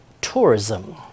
tourism